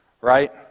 right